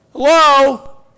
Hello